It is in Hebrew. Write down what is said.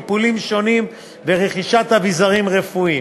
טיפולים שונים ורכישת אביזרים רפואיים,